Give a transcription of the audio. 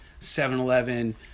7-Eleven